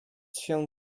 się